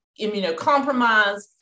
immunocompromised